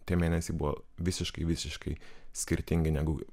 tie mėnesiai buvo visiškai visiškai skirtingi negu